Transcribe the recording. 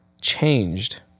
changed